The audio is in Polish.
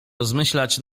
rozmyślać